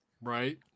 Right